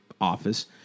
office